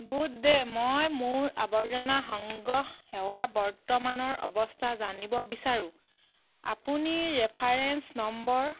good day মই মোৰ আৱৰ্জনা সংগ্ৰহ সেৱাৰ বৰ্তমানৰ অৱস্থা জানিব বিচাৰোঁ আপুনি ৰেফাৰেন্স নম্বৰ